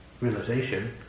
realization